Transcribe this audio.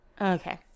Okay